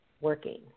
working